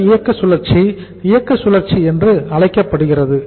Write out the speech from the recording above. மொத்த இயக்க சுழற்சி இயக்க சுழற்சி என்று அழைக்கப்படுகிறது